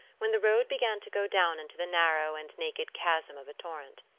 when the road began to go down into the narrow and naked chasm of a torrent.